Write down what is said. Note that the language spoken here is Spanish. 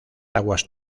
aguas